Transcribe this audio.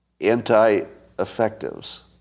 anti-effectives